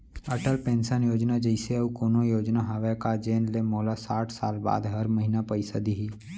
Atal pension Yojana जइसे अऊ कोनो योजना हावे का जेन ले मोला साठ साल बाद हर महीना पइसा दिही?